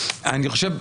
אני חושב,